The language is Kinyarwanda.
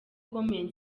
comments